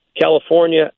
California